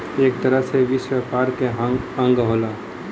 एक तरह से विश्व व्यापार के अंग होला